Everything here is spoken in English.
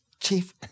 chief